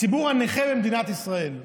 הציבור הנכה במדינת ישראל,